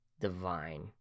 divine